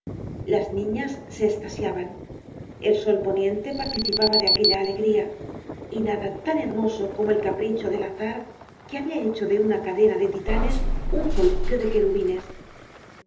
las niñas se estasiaban el sol poniente participaba de aquella alegría y nada tan hermoso como el capricho del azar que habia hecho de una cadena de titanes un columpio de querubines